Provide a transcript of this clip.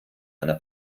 einer